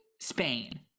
Spain